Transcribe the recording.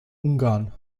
ungarn